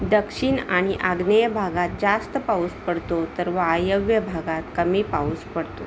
दक्षिण आणि आग्नेय भागात जास्त पाऊस पडतो तर वायव्य भागात कमी पाऊस पडतो